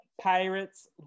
pirates